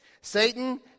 Satan